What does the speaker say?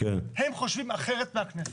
הם חושבים אחרת מהכנסת.